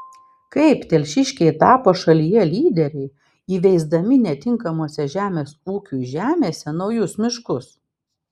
kaip telšiškiai tapo šalyje lyderiai įveisdami netinkamose žemės ūkiui žemėse naujus miškus